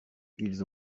ils